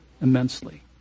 immensely